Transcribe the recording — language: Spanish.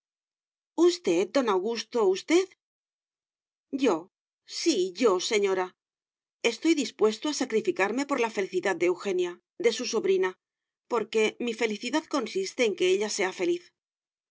usted don augusto usted yo sí yo señora estoy dispuesto a sacrificarme por la felicidad de eugenia de su sobrina porque mi felicidad consiste en que ella sea feliz